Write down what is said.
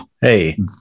Hey